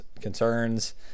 concerns